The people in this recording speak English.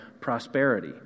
prosperity